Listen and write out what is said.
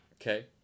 okay